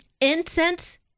incense